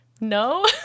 No